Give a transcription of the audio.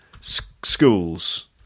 schools